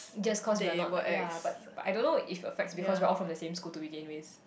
just cause we are not like ya but but I don't know if it affects because we are all from the same school to begin with